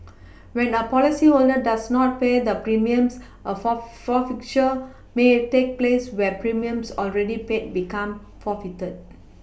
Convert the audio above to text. when a policyholder does not pay the premiums a for forfeiture may take place where premiums already paid become forfeited